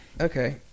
Okay